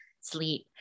sleep